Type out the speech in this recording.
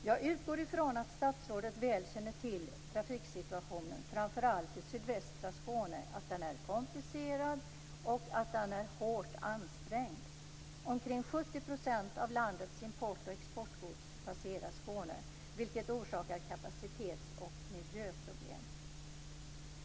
Jag utgår från att statsrådet känner väl till trafiksituationen i framför allt sydvästra Skåne. Den är komplicerad och hårt ansträngd. Omkring 70 % av landets import och exportgods passerar Skåne, vilket orsakar kapacitets och miljöproblem.